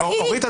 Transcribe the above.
אורית,